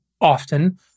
often